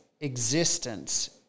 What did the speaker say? existence